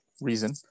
reason